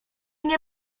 nie